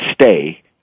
Stay